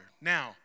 Now